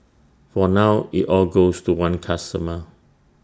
for now IT all goes to one customer